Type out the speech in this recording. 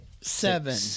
seven